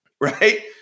right